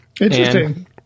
Interesting